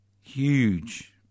Huge